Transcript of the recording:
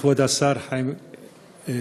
כבוד השר חיים כץ,